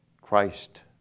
Christ